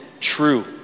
true